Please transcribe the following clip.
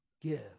give